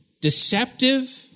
deceptive